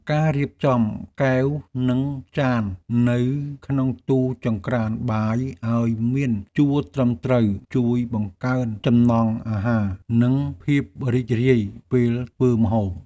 ការរៀបចំកែវនិងចាននៅក្នុងទូចង្រ្កានបាយឱ្យមានជួរត្រឹមត្រូវជួយបង្កើនចំណង់អាហារនិងភាពរីករាយពេលធ្វើម្ហូប។